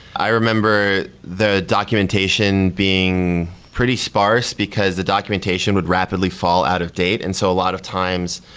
i remember the documentation being pretty sparse because the documentation would rapidly fall out of date. and so a lot of times,